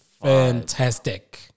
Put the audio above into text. fantastic